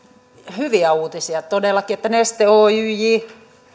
hyviä uutisia todellakin että neste oyj